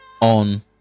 on